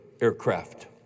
aircraft